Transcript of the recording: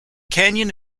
canyon